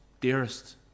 dearest